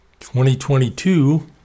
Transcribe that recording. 2022